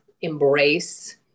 embrace